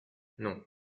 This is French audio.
non